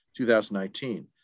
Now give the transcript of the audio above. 2019